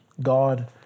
God